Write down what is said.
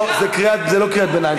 לא, זה לא קריאת ביניים.